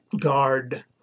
guard